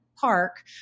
park